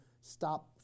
stop